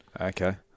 Okay